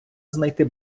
знайти